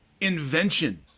Invention